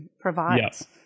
provides